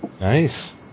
Nice